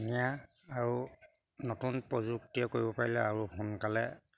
অতি ধুনীয়া আৰু নতুন প্ৰযুক্তিয়ে কৰিব পাৰিলে আৰু সোনকালে